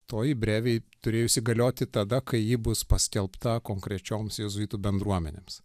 toji brevė turėjo įsigalioti tada kai ji bus paskelbta konkrečioms jėzuitų bendruomenėms